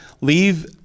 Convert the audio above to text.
leave